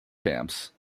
camps